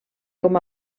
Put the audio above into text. com